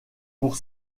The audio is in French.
pour